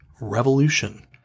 revolution